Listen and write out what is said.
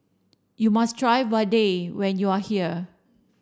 you must try Vadai when you are here